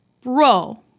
bro